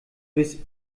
bis